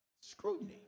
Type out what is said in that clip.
Scrutiny